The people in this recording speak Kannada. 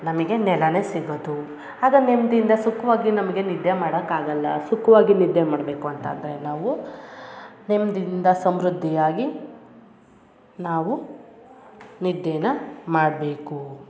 ನಮಗೆ ನೆಲವೇ ಸಿಗೋದು ಆಗ ನೆಮ್ಮದಿಯಿಂದ ಸುಖವಾಗಿ ನಮಗೆ ನಿದ್ದೆ ಮಾಡಕ್ಕೆ ಆಗಲ್ಲ ಸುಖವಾಗಿ ನಿದ್ದೆ ಮಾಡಬೇಕು ಅಂತಂದರೆ ನಾವು ನೆಮ್ಮದಿಯಿಂದ ಸಮೃದ್ಧಿಯಾಗಿ ನಾವು ನಿದ್ದೆನ ಮಾಡಬೇಕು